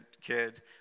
kid